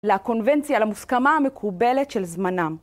לקונבנציה למוסכמה המקובלת של זמנם.